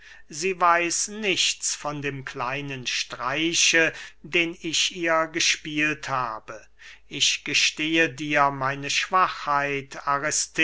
sie weiß nichts von dem kleinen streiche den ich ihr gespielt habe ich gestehe dir meine schwachheit